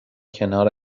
کنار